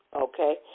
okay